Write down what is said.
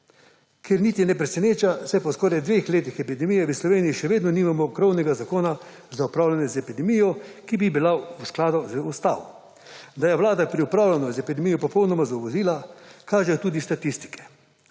kar niti ne preseneča, saj po skoraj dveh letih epidemije v Sloveniji še vedno nimamo krovnega zakona za upravljanje z epidemijo, ki bi bila v skladu z ustavo. Da je vlada pri upravljanju z epidemijo popolnoma zavozila, kažejo tudi statistike.